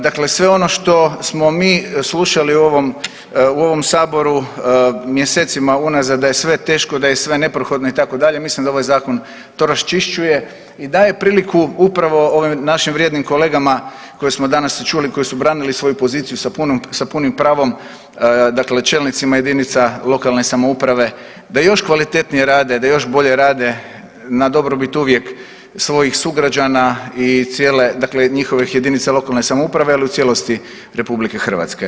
Dakle, sve ono što smo mi slušali u ovom Saboru mjesecima unazad da je sve teško, da je sve neprohodno itd. mislim da ovaj zakon to raščišćuje i daje priliku upravo ovim našim vrijednim kolegama koje smo danas čuli, koji su branili svoju poziciju sa punim pravom, dakle čelnicima jedinica lokalne samouprave da još kvalitetnije rade, da još bolje rade na dobrobit uvijek svojih sugrađana i cijele, dakle njihovih jedinica lokalne samouprave, ali i u cijelosti RH.